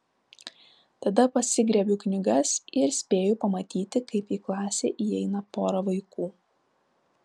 tada pasigriebiu knygas ir spėju pamatyti kaip į klasę įeina pora vaikų